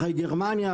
אחרי גרמניה,